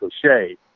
cliche